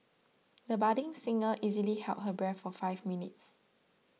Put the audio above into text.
the budding singer easily held her breath for five minutes